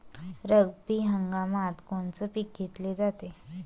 रब्बी हंगामात कोनचं पिक घेतलं जाते?